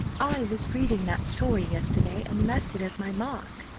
i was reading that story yesterday, and left it as my mark.